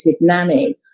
nanny